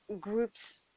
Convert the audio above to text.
groups